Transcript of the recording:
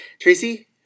Tracy